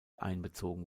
einbezogen